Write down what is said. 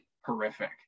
horrific